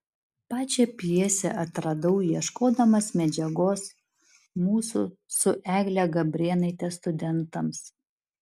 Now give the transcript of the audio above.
pačią pjesę atradau ieškodamas medžiagos mūsų su egle gabrėnaite studentams